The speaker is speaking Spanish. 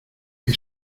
qué